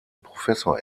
professor